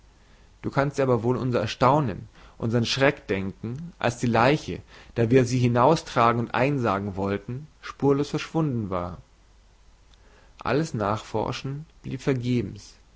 du kannst dir aber wohl unser erstaunen unsern schreck denken als die leiche da wir sie hinaustragen und einsargen wollten spurlos verschwunden war alles nachforschen blieb vergebens